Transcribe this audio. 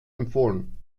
empfohlen